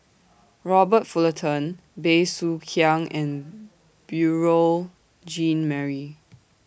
Robert Fullerton Bey Soo Khiang and Beurel Jean Marie